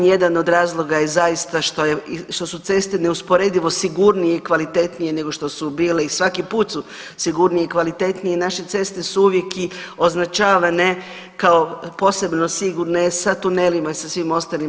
Jedan od razloga je zaista što su ceste neusporedivo sigurnije i kvalitetnije nego što su bile i svaki put su sigurnije i kvalitetnije i naše ceste su uvijek i označavane kao posebno sigurne sa tunelima i sa svim ostalima.